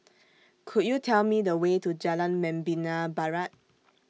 Could YOU Tell Me The Way to Jalan Membina Barat